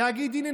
להגיד: הינה,